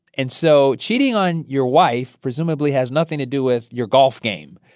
and so cheating on your wife presumably has nothing to do with your golf game.